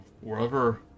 wherever